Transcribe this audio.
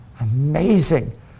Amazing